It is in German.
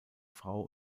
frau